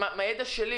מה שדיברנו.